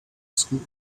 school